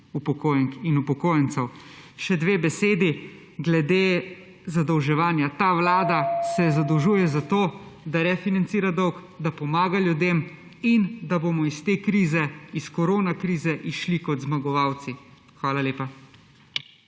upokojenk in upokojencev. Še dve besedi glede zadolževanja. Ta vlada se zadolžuje zato, da refinancira dolg, da pomaga ljudem in da bomo iz te krize, iz koronakrize izšli kot zmagovalci. Hvala lepa.